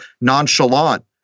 nonchalant